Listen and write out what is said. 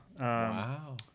Wow